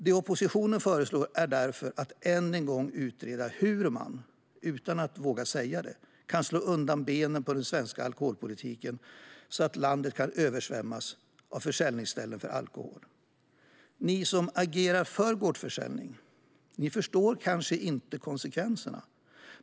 Det oppositionen föreslår utan att våga säga det är därför att än en gång utreda hur man kan slå undan benen på den svenska alkoholpolitiken så att landet kan översvämmas av försäljningsställen för alkohol. Ni som agerar för gårdsförsäljning förstår kanske inte konsekvenserna.